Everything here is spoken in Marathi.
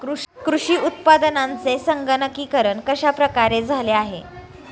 कृषी उत्पादनांचे संगणकीकरण कश्या प्रकारे झाले आहे?